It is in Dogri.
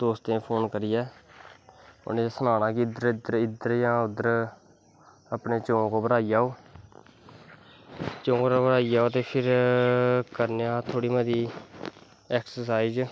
दोस्तें गी फोन करियै उनें गी सनाना इध्दर जां उध्दर अपने चौंक उप्पर आई जाओ चौंक पर आई जाओ ते फिर करनें आं थोह्ड़ी मती ऐकर्साईज़